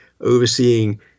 overseeing